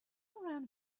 around